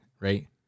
right